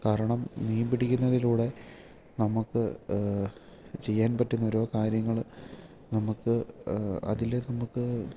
കാരണം മീൻ പിടിക്കുന്നതിലൂടെ നമുക്ക് ചെയ്യാൻ പറ്റുന്നയോരോ കാര്യങ്ങൾ നമുക്ക് അതിൽ നമുക്ക്